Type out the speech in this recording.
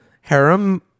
harem